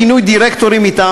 מינוי דירקטורים מטעם